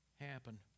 happen